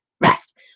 rest